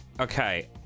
okay